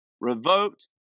revoked